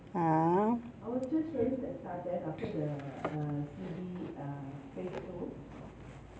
ah